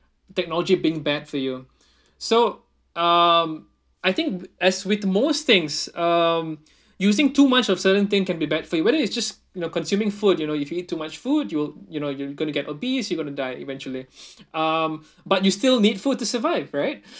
technology being bad for you so um I think as with most things uh using too much of certain thing can be bad for you whether it's just you know consuming food you know if you eat too much food you will you know you're gonna get obese you gonna die eventually um but you still need food to survive right